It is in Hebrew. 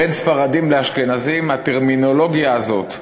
בין ספרדים לאשכנזים, הטרמינולוגיה הזאת,